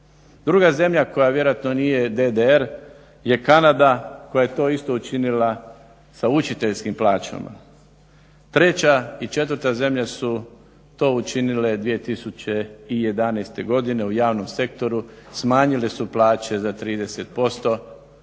Druga zemlja koja vjerojatno nije DDR je Kanada koja je to isto učinila sa učiteljskim plaćama. Treća i četvrta zemlja su to učinile 2011. godine u javnom sektoru, smanjile su plaće za 30%,